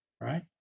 right